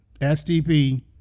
STP